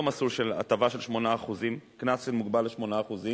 מסלול של הטבה של 8% קנס שמוגבל ל-8%.